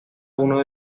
uno